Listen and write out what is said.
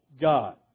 God